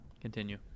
continue